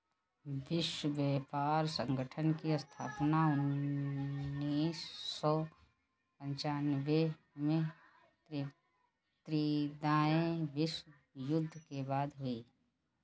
विश्व व्यापार संगठन की स्थापना उन्नीस सौ पिच्यानबें में द्वितीय विश्व युद्ध के बाद हुई